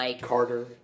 Carter